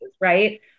Right